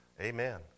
Amen